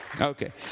Okay